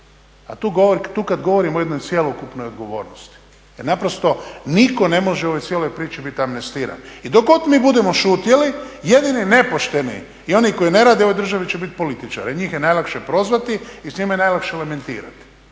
A tu kada govorimo o jednoj cjelokupnoj odgovornosti jer nitko ne može u ovoj cijeloj priči biti amnestiran. I dok god mi budemo šutjeli jedini nepošteni i jedini koji ne rade u ovoj državi će biti političari, njih je najlakše prozvati i s njima je najlakše …. Međutim